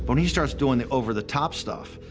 when he starts doing the over-the-top stuff,